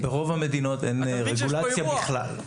ברוב המדינות אין רגולציה בכלל.